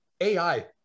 AI